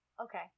Okay